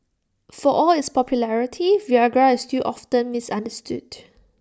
for all its popularity Viagra is still often misunderstood